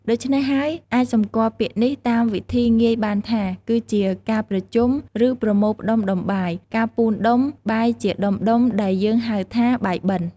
ដូចេ្នះយើងអាចសម្គាល់ពាក្យនេះ តាមវិធីងាយបានថា គឺជា “ការប្រជុំ ឬប្រមូលផ្តុំដុំបាយ” ការពូតដុំ បាយជាដុំៗដែលយើងហៅថា “បាយបិណ្ឌ” ។